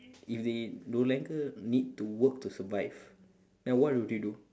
if they no longer need to work to survive then what would you do